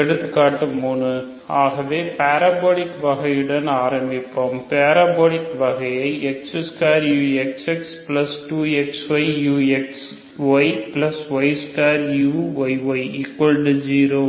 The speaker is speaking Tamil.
எடுத்துக்காட்டு 3 ஆகவே பரபோலிக் வகையுடன் ஆரம்பிப்போம் பரபோலிக் வகையை x2uxx2xyuxyy2uyy0